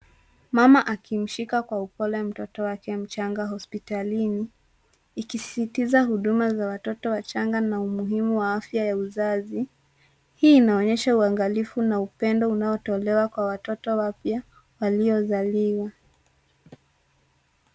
Mama akimshika kwa upole mtoto wake mchanga hospitalini, ikisisitiza huduma za watoto wachanga na umuhimu wa afya ya uzazi. Hii inaonyesha uangalifu na upendo unaotolewa na kwa watoto wapya waliozaliwa.